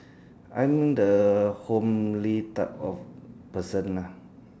I'm the homely type of person lah